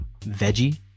Veggie